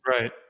Right